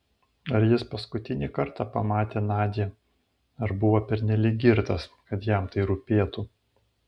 ar jis paskutinį kartą pamatė nadią ar buvo pernelyg girtas kad jam tai rūpėtų